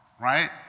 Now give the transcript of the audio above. right